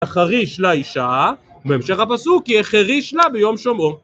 החריש לאישה, בהמשך הפסוק יהיה חריש לה ביום שומעו